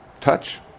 touch